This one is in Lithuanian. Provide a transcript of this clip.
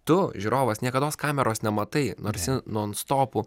tu žiūrovas niekados kameros nematai nors ji nonstopu juda aplinkui dainininką